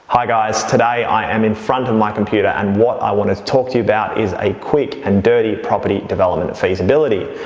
hi guys, today i am in front of my computer, and what i want to talk to you about is a quick and dirty property development feasibility,